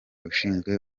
ushinzwe